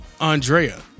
Andrea